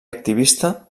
activista